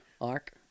arc